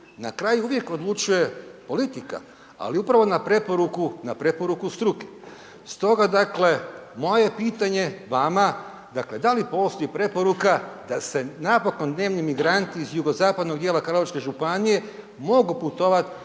Na kraju uvijek odlučuje politika, ali upravo na preporuku, na preporuku struke. Stoga dakle, moje je pitanje vama, dakle da li postoji preporuka da se napokon dnevni migranti iz jugozapadnog dijela Karlovačke županije mogu putovat